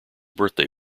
birthday